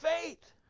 faith